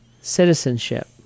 citizenship